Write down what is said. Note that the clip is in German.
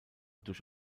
durch